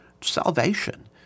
salvation